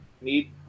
Need